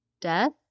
death